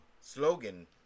slogan